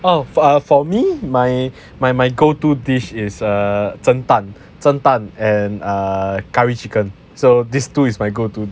oh for for me my my my go to dish is err 蒸蛋蒸蛋 and uh curry chicken so these two is my go to dish